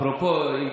אפרופו,